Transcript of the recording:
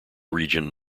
region